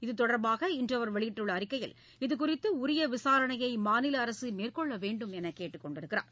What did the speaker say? இதுதொடர்பாக இன்று அவர் வெளியிட்டுள்ள அறிக்கையில் இதுகுறித்து உரிய விசாரணையை மாநில அரசு மேற்கொள்ள வேண்டும் என்று கேட்டுக் கொண்டுள்ளார்